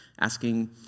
Asking